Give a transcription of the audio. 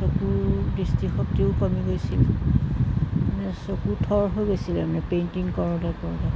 যদিও দৃষ্টিশক্তিও কমি গৈছিল মানে চকু থৰ হৈ গৈছিলে মানে পেইণ্টিং কৰোঁতে কৰোঁতে